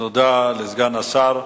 תודה לסגן השר.